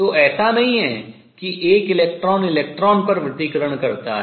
तो ऐसा नहीं है कि एक इलेक्ट्रॉन इलेक्ट्रॉन पर व्यतिकरण करता है